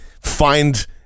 find